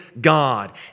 God